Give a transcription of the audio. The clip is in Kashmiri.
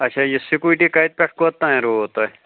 اَچھا یہِ سِکوٗٹی کَتہِ پٮ۪ٹھ کوٚتام روٗ تۄہہِ